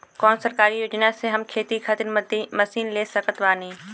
कौन सरकारी योजना से हम खेती खातिर मशीन ले सकत बानी?